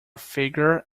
figure